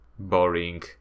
Boring